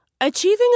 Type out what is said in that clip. Achieving